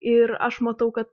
ir aš matau kad